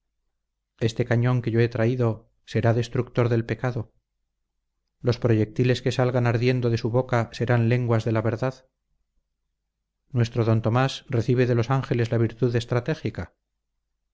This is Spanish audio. este cañón que yo he traído será destructor del pecado los proyectiles que salgan ardiendo de su boca serán lenguas de la verdad nuestro d tomás recibe de los ángeles la virtud estratégica